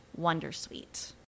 wondersuite